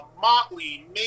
Motley